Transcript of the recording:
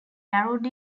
narrowed